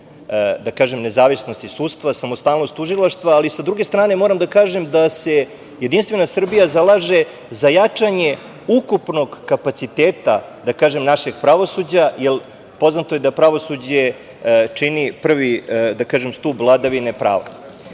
jačanje nezavisnosti sudstva, samostalnost tužilaštva, ali, s druge strane, moram da kažem da se Jedinstvena Srbija zalaže za jačanje ukupnog kapaciteta našeg pravosuđa, jer poznato je da pravosuđe čini prvi stub vladavine prava. Na